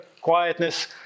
quietness